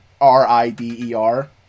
R-I-D-E-R